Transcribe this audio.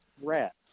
Rats